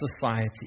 society